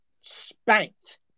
spanked